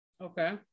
Okay